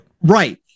Right